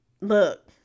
look